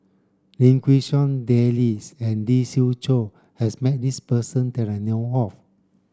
Lim Quee Hong Daisy and Lee Siew Choh has met this person that I know of